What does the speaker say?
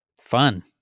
Fun